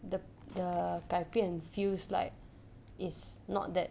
the the 改变 feels like is not that